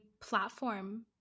platform